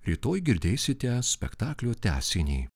rytoj girdėsite spektaklio tęsinį